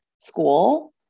school